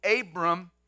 Abram